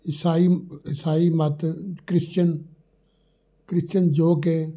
ਈਸਾਈ ਈਸਾਈ ਮੱਤ ਕ੍ਰਿਸਚਨ ਕ੍ਰਿਸਚਨ ਜੋ ਕਿ